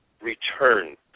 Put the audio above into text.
return